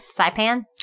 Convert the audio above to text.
Saipan